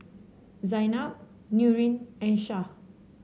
Zaynab Nurin and Syah